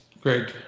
Great